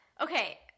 Okay